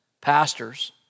pastors